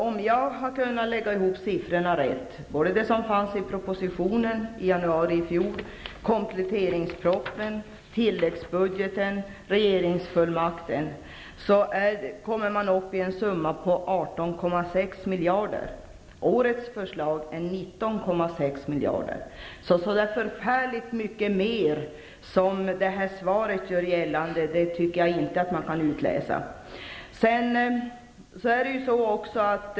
Om jag har lagt ihop siffrorna rätt, både det som föreslogs i propositionen i januari i fjol, i kompletteringspropositionen, i tilläggsbudgeten och finansfullmakten, kommer man upp i en summa på 18,6 miljarder kronor. I år föreslås 19,6 miljarder. Jag tycker inte att man kan utläsa att det blir så förfärligt mycket mer, vilket görs gällande i svaret.